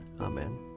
Amen